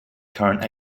current